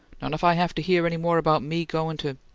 not if i haf to hear any more about me goin' to